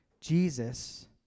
Jesus